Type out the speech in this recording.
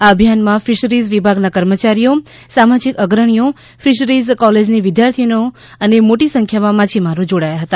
આ અભિયાનમાં ફીશરીઝ વિભાગના કર્મચારીઓ સામાજીક અગ્રણીઓ ફીશરીઝ કોલેજની વિદ્યાર્થીનીઓ અને મોટી સંખ્યામાં માછીમારો જોડાયા હતા